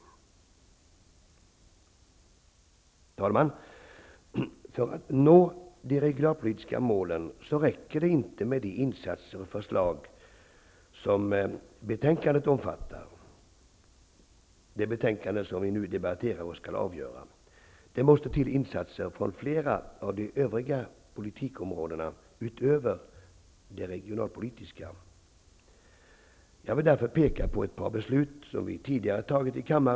Herr talman! För att nå de regionalpolitiska målen räcker det inte med de insatser och förslag som betänkandet omfattar, dvs. det betänkande vi nu debatterar och skall fatta beslut om. Det måste till insatser från flera av de övriga politikområdena utöver de regionalpolitiska. Jag vill därför peka på ett par beslut som kammaren har fattat tidigare.